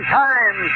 time